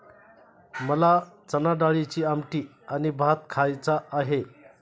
मला चणाडाळीची आमटी आणि भात खायचा आहे